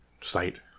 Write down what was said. site